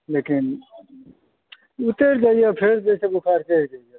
लेकिन उतरि जाइया फेर जे छै से बुखार चढ़ि जाइया